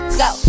go